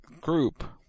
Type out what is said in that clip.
group